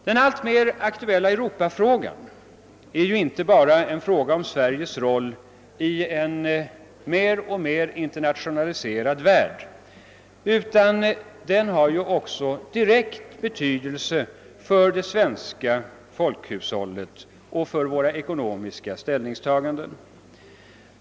Den alltmer aktuella Europafrågan är inte bara en fråga om Sveriges roll i en alltmer industrialiserad värld, utan den har också direkt betydelse för det svenska folkhushållet och för våra ekonomiska ställningstaganden.